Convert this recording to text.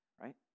right